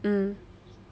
mm